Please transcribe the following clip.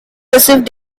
received